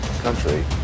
country